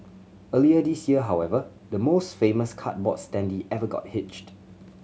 earlier this year however the most famous cardboard standee ever got hitched